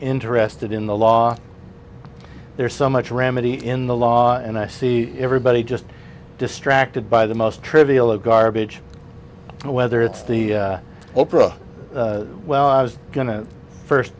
interested in the law there's so much remedy in the law and i see everybody just distracted by the most trivial of garbage whether it's the oprah well i was going to first